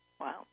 Wow